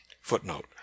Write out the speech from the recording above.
Footnote